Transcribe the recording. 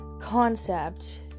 concept